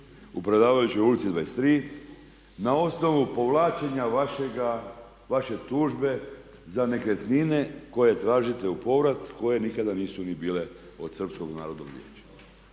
u Preradovićevoj ulici 23 na osnovu povlačenja vaše tužbe za nekretnine koje tražite u povrat koje nikada nisu ni bile od Srpskog narodnog vijeća?